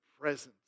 presence